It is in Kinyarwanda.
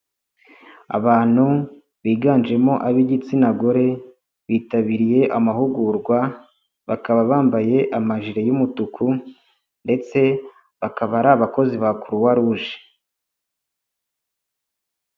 Abantu biganjemo ab'igitsina gore, bitabiriye amahugurwa, bakaba bambaye amajire y'umutuku ndetse bakaba ari abakozi ba Croix Rouge.